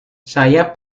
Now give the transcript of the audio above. saya